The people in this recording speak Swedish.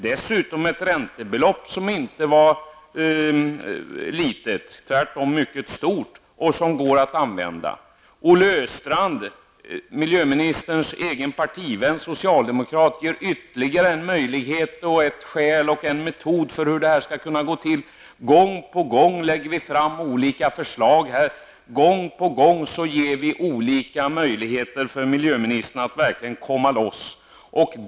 Dessutom finns ett räntebelopp, som inte är litet, utan tvärtom mycket stort, och som går att använda. Socialdemokraten Olle Östrand, miljöministerns egen partivän, anger ytterligare ett skäl, en möjlighet och en metod för hur detta skall kunna gå till. Gång på gång lägger vi fram olika förslag. Gång på gång ger vi olika möjligheter för miljöministern att verkligen komma loss.